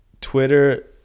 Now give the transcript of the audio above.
Twitter